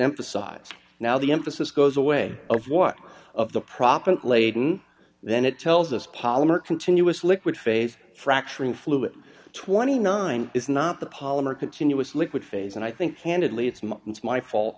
emphasized now the emphasis goes away of what of the proppant laden then it tells us polymer continuous liquid phase fracturing fluid twenty nine is not the polymer continuous liquid phase and i think candidly it's my fault